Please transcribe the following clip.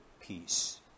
peace